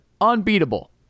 unbeatable